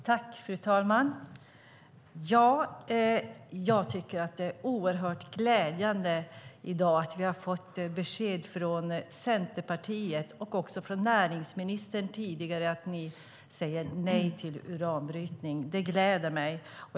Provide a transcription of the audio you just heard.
Fru talman! Jag tycker att det är oerhört glädjande att vi i dag har fått besked från Centerpartiet och också från näringsministern tidigare att ni säger nej till uranbrytning. Det gläder mig.